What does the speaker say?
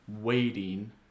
waiting